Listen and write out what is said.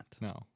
No